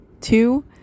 Two